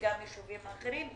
וגם ישובים אחרים,